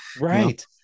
right